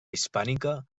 hispànica